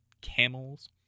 camels